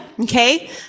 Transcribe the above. Okay